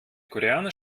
koreaner